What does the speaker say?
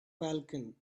falcon